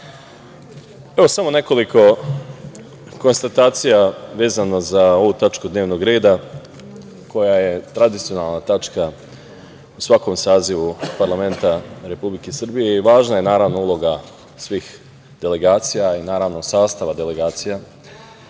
nekoliko konstatacija vezano za ovu tačku dnevnog reda koja je tradicionalna tačka u svakom sazivu parlamenta Republike Srbije. Naravno, važna je uloga svih delegacija i sastava delegacija,